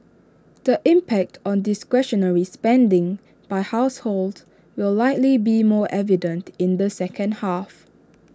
the impact on discretionary spending by households will likely be more evident in the second half